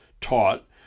taught